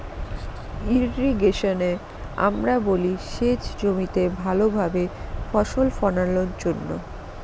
ইর্রিগেশনকে আমরা বলি সেচ জমিতে ভালো ভাবে ফসল ফোলানোর জন্য